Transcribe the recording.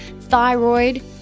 thyroid